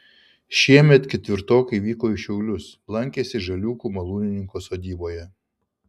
šiemet ketvirtokai vyko į šiaulius lankėsi žaliūkių malūnininko sodyboje